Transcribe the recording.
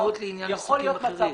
בעניינים אחרים שיוצרים ניגוד עניינים.